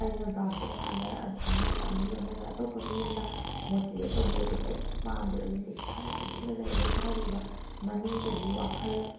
ꯑꯩꯅ ꯗꯥꯎꯟ ꯆꯠꯂꯛ ꯀꯥꯟꯗ ꯑꯃꯅ ꯃꯤ ꯑꯃꯅ ꯑꯇꯣꯞꯄ ꯃꯤ ꯑꯃꯅ ꯃꯣꯇꯤꯕꯦꯠ ꯇꯧꯕꯤꯔꯛꯄꯁꯦ ꯑꯩ ꯀꯔꯤꯁꯨ ꯄꯥꯝꯗꯦꯕ ꯑꯗꯨꯅ ꯏꯁꯥꯅ ꯇꯨꯃꯤꯟꯅ ꯂꯩꯔꯒ ꯏꯁꯥꯒꯤ ꯑꯣꯏꯕ ꯃꯅꯨꯡꯗꯒꯤ ꯋꯥꯈꯜ